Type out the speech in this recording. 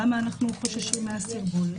למה אנחנו חוששים מן הסרבול.